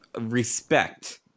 respect